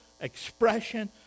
expression